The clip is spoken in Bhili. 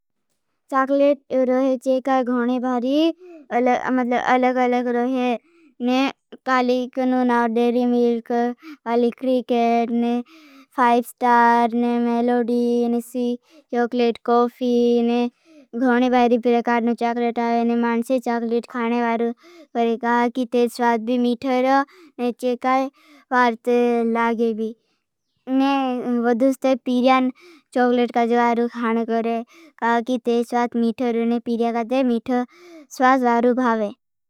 चॉकलेट रोहे जे काई गोने बारी अलग अलग रोहे। ने काली कुणू नाओ डेरी मिल्क। काली कित्केत, ने फाइब स्टार, ने मेलोडी, ने सी चॉकलेट कोफी। ने गोने बारी प्रेकार नो चॉकलेट आओ। ने माणशे चॉकलेट खाने बारू परे।